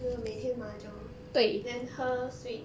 每天 mahjong then 喝睡